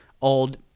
old